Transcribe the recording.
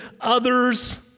others